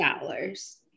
dollars